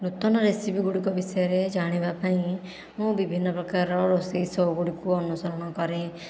ନୂତନ ରେସିପି ଗୁଡ଼ିକ ବିଷୟରେ ଜାଣିବାପାଇଁ ମୁଁ ବିଭିନ୍ନ ପ୍ରକାରର ରୋଷେଇ ସୋ ଗୁଡ଼ିକୁ ଅନୁସରଣ କରେ